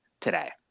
today